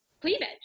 cleavage